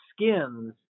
skins